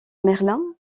merlin